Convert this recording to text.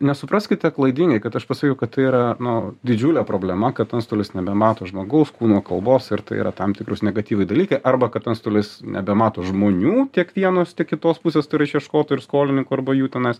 nesupraskite klaidingai kad aš pasakiau kad tai yra nu didžiulė problema kad antstolis nebemato žmogaus kūno kalbos ir tai yra tam tikros negatyvi dalykai arba kad antstolis nebemato žmonių tiek vienos kitos pusės turi išieškotojų ir skolininkų arba jų tenais